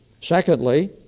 Secondly